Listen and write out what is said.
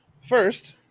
First